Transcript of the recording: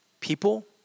people